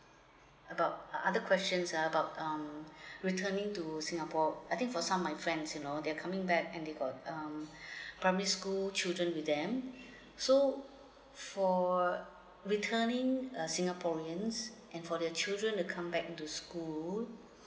about other questions uh about um returning to singapore I think for some my friends you know they're coming back and they got um primary school children with them so for returning uh singaporeans and for theier children to come back to school